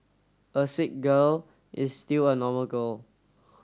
a sick girl is still a normal girl